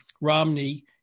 Romney